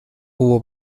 hubo